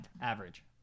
average